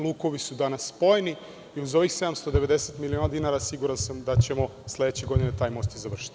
Lukovi su danas spojeni i uz ovih 790 miliona dinara siguran sam da ćemo sledeće godine taj most i završiti.